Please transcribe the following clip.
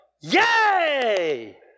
yay